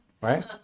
right